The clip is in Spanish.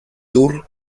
tours